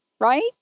right